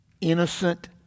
innocent